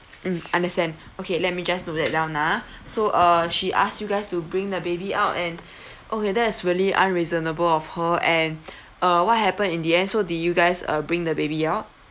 mm understand okay let me just note that down ah so uh she asked you guys to bring the baby out and okay that is really unreasonable of her and uh what happened in the end so did you guys uh bring the baby out